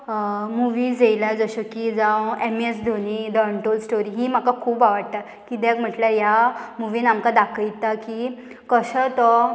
movies येयल्या जशें की जावं M S Dhoni the untold story ही म्हाका खूब आवडटा किद्याक म्हटल्यार ह्या मुवीन आमकां दाखयता की कशो तो